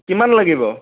কিমান লাগিব